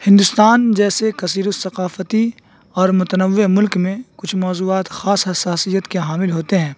ہندوستان جیسے کثیر الثقافتی اور متنوع ملک میں کچھ موضوعات خاص حساسیت کے حامل ہوتے ہیں